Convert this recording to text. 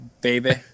baby